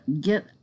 get